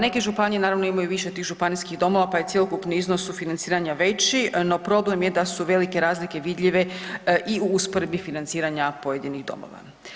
Neke županije naravno imaju više tih županijskih domova, pa je cjelokupni iznos sufinanciranja veći, no problem je da su velike razlike vidljive i u usporedbi financiranja pojedinih domova.